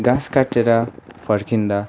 घाँस काटेर फर्किँदा